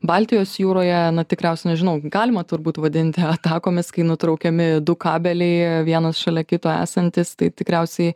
baltijos jūroje tikriausia nežinau galima turbūt vadinti atakomis kai nutraukiami du kabeliai vienas šalia kito esantys tai tikriausiai